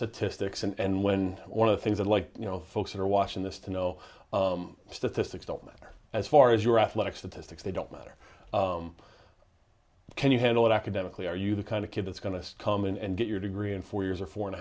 statistics and when one of the things that like you know folks are watching this to know statistics don't matter as far as your athletic statistics they don't matter can you handle it academically are you the kind of kid that's going to come in and get your degree in four years or four and